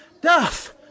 Duff